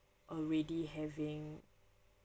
already having